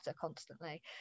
constantly